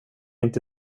inte